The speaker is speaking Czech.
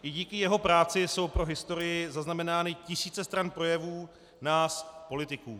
I díky jeho práci jsou pro historii zaznamenány tisíce stran projevů nás politiků.